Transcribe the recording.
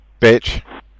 bitch